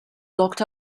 locked